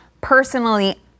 personally